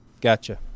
gotcha